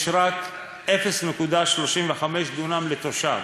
יש רק 0.35 דונם לתושב.